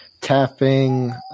tapping